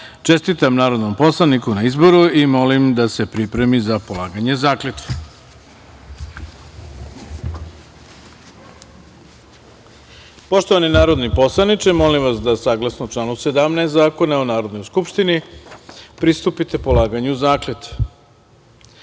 Mariću. Čestitam narodnom poslaniku na izboru i molim da se pripremi za polaganje zakletve. Poštovani narodni poslaniče, molim vas da saglasno članu 17. Zakona o Narodnoj skupštini, pristupimo polaganju